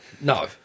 no